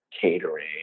catering